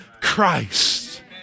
Christ